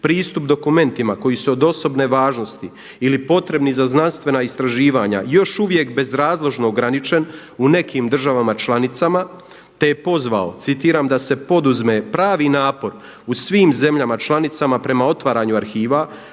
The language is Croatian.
pristup dokumentima koji su od osobne važnosti potrebni za znanstvena istraživanja još uvijek bezrazložno ograničen u nekim državama članicama, te je pozvao citiram da se poduzme pravi napor u svim zemljama članicama prema otvaranju arhiva